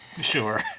Sure